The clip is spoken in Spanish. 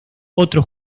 otros